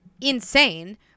insane